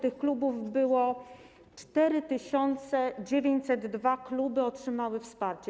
Tych klubów było... 4902 kluby otrzymały wsparcie.